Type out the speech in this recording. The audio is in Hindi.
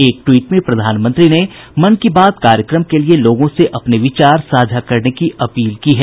एक ट्वीट में प्रधानमंत्री ने मन की बात कार्यक्रम के लिए लोगों से अपने विचार साझा करने की अपील की है